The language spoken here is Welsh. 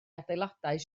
adeiladau